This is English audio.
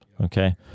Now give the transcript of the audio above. Okay